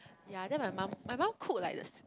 ya then my mum my mum cook like there's